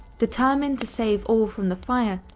determined to save all from the fire,